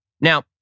Now